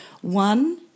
One